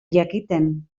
jakiten